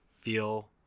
feel